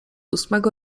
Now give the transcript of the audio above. ósmego